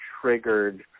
triggered